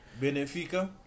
Benfica